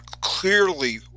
clearly